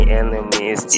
enemies